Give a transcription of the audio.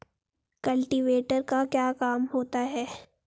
Cultivator का क्या काम होता है?